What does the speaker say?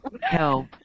Help